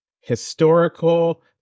historical